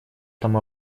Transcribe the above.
там